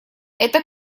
это